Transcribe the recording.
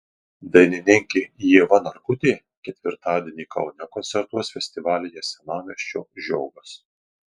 dainininkė ieva narkutė ketvirtadienį kaune koncertuos festivalyje senamiesčio žiogas